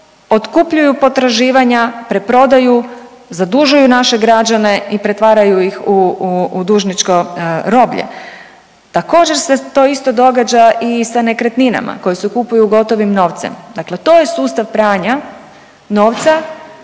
otkupljuju potraživanja, preprodaju, zadužuju naše građane i pretvaraju ih u, u dužničko roblje. Također se to isto događa i sa nekretninama koje se kupuju gotovim novcem, dakle to je sustav pranja novca